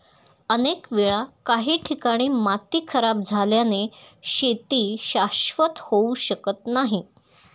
अनेक वेळा काही ठिकाणी माती खराब झाल्याने शेती शाश्वत होऊ शकत नाही